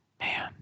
Man